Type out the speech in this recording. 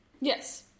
Yes